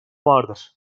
vardır